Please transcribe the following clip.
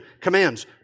Commands